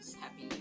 Happy